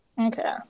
Okay